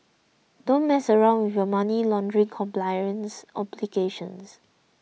don't mess around with your money laundering compliance obligations